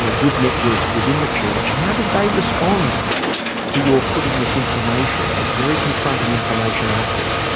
ah good networks within the church. how did they respond to your putting this information, this very confronting information out there?